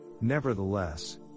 Nevertheless